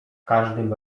każdym